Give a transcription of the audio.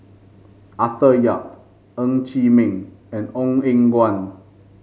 Arthur Yap Ng Chee Meng and Ong Eng Guan